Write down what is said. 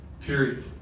period